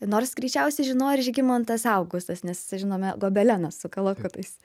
nors greičiausiai žinojo ir žygimantas augustas nes žinome gobeleną su kalakutais